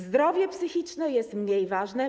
Zdrowie psychiczne jest mniej ważne.